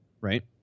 right